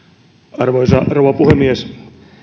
arvoisa rouva puhemies